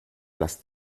lass